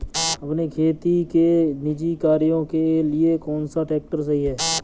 अपने खेती के निजी कार्यों के लिए कौन सा ट्रैक्टर सही है?